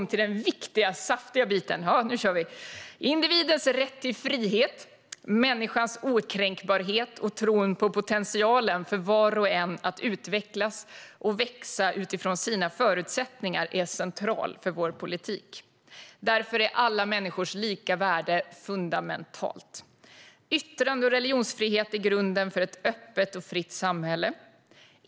Individens rätt till frihet, människans okränkbarhet och tron på potentialen för var och en att utvecklas och växa utifrån sina förutsättningar är centrala för vår politik. Därför är alla människors lika värde fundamentalt. Yttrande och religionsfrihet är grunden för ett öppet och fritt samhälle.